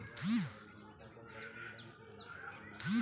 किराना दुकान पर लोन मिल जाई का?